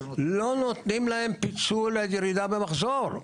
לא נותנים להם פיצוי על ירידה במחזור.